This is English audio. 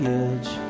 edge